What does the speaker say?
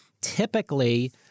typically